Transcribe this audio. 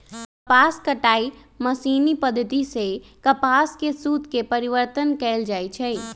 कपास कताई मशीनी पद्धति सेए कपास के सुत में परिवर्तन कएल जाइ छइ